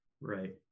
Right